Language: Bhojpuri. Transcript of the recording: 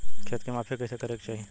खेत के माफ़ी कईसे करें के चाही?